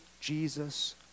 Jesus